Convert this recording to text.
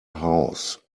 house